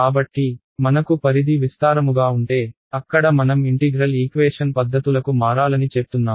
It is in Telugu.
కాబట్టి మనకు పరిధి విస్తారముగా ఉంటే అక్కడ మనం ఇంటిగ్రల్ ఈక్వేషన్ పద్ధతులకు మారాలని చెప్తున్నాము